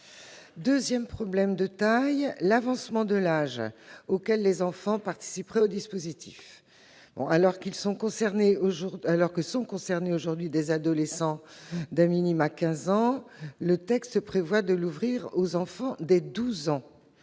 Second problème de taille : l'avancement de l'âge auquel les enfants participeraient au dispositif. Alors que sont concernés aujourd'hui des adolescents d'au minimum quinze ans, le texte prévoit de l'ouvrir aux enfants dès douze ans,